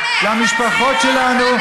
למשפחות שלנו,